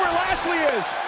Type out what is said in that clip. lashley is.